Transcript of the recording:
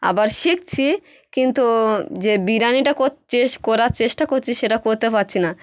আবার শিখছি কিন্তু যে বিরিয়ানিটা করছি করার চেষ্টা করছি সেটা করতে পারছি না